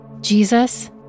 Jesus